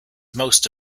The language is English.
most